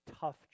tough